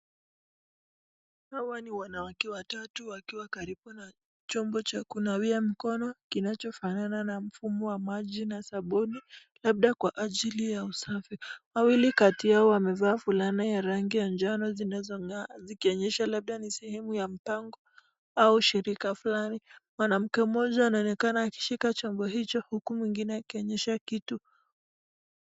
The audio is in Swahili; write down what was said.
Hawa ni wanawake watatu wakiwa karibu na chombo cha kunawia mkono kinachofanana na mfomu wa maji na sabuni labda kwa ajili ya usafi, wawili kati yao wamevaa fulana ya rangi ya jano zinazong'aa zikionyesha labda ni sehemu ya mpango au shirika fulani , mwanamke mmoja anaonekana akishika chombo hicho huku mwingine akionyesha kitu.